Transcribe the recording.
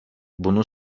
bunu